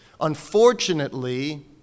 Unfortunately